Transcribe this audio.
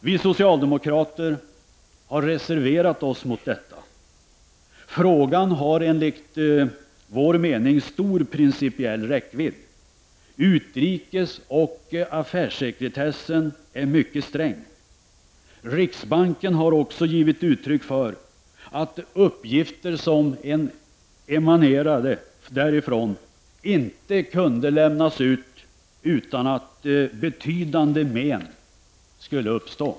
Vi socialdemokrater har reserverat oss mot detta. Frågan har enligt vår mening stor principiell räckvidd. Utrikesoch affärssekretessen är mycket sträng. Också riksbanken har givit uttryck för att uppgifter som emanerade därifrån inte kunde lämnas ut utan att betydande men skulle uppstå.